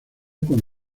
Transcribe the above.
con